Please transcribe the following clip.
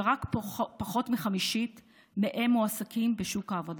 ורק פחות מחמישית מהם מועסקים בשוק העבודה.